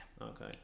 Okay